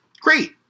great